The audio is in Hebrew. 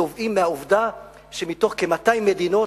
נובעים מהעובדה שמתוך כ-200 מדינות,